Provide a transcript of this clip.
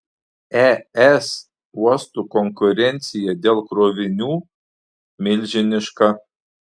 es uostų konkurencija dėl krovinių milžiniška